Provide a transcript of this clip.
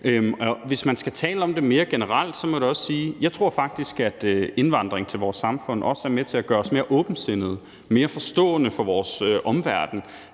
Hvis man skal tale om det mere generelt, må jeg da også sige, at jeg faktisk tror, at indvandring til vores samfund også er med til at gøre os mere åbensindede, mere forstående for vores omverden.